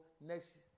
next